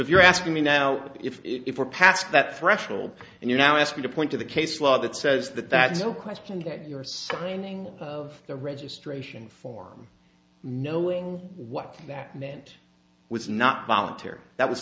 if you're asking me now if we're past that threshold and you now ask me to point to the case law that says that that's no question that you're signing of the registration form knowing what that meant was not voluntary that was